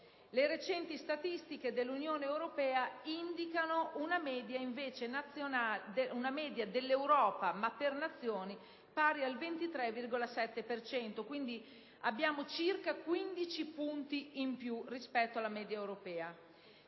Le recenti statistiche dell'Unione europea indicano una media dell'Europa, ma per Nazioni, pari al 23,7 per cento: quindi, registriamo circa 15 punti in più rispetto alla media europea.